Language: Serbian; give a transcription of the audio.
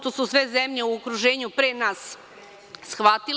To su sve zemlje u okruženju pre nas shvatile.